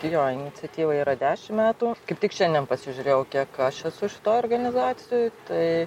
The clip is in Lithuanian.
jo iniciatyva yra dešimt metų kaip tik šiandien pasižiūrėjau kiek aš esu šitoj organizacijoj tai